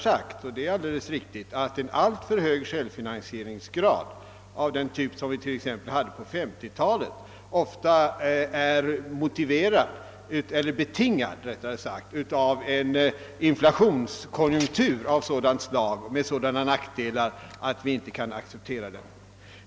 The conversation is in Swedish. Det är alldeles riktigt att vi menat att en alltför hög självfinansieringsgrad av den typ, som förekom t.ex. på 1950 talet, är betingad av en inflationskonjunktur och har nackdelar som vi inte kan acceptera.